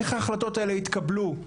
איך ההחלטות האלה התקבלו?